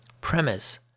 premise